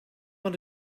want